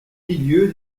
milieu